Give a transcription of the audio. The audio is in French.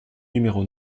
numéro